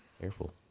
Careful